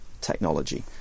technology